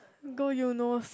go eunos